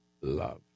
love